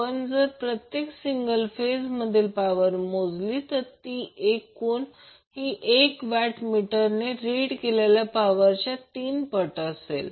आपण जर प्रत्येक सिंगल फेज मधील पॉवर मोजली तर एकूण पॉवर ही 1 वॅट मीटरने रिड केलेल्या पॉवरच्या तीन पट असेल